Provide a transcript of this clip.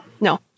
no